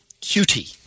Cutie